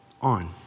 on